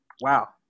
wow